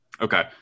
Okay